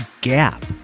gap